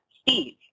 Steve